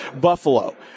Buffalo